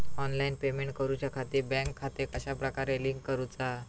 Online payment करुच्याखाती bank खाते कश्या प्रकारे लिंक करुचा?